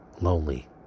lonely